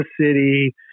City